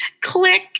click